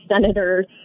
senator's